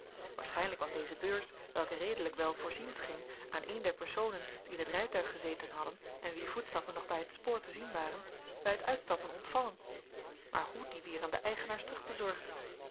waarschijnlijk was deze beurs welke redelijk wel voorzien scheen aan een der personen die in het rijtuig gezeten hadden en wier voetstappen nog bij het spoor te zien waren bij het uitstappen ontvallen maar hoe die weer aan de eigenaars